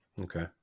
Okay